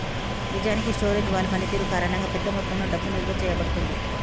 నిజానికి storage wall పనితీరు కారణంగా పెద్ద మొత్తంలో డబ్బు నిలువ చేయబడుతుంది